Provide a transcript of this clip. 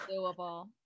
Doable